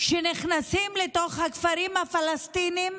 שנכנסים לתוך הכפרים הפלסטיניים,